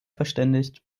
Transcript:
verständigt